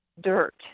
dirt